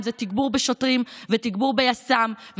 אם זה תגבור בשוטרים ותגבור ביס"מ.